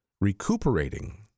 recuperating